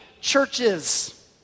churches